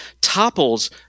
topples